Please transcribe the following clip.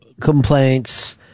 complaints